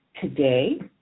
today